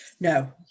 no